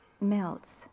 melts